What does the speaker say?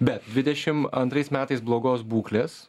bet dvidešim antrais metais blogos būklės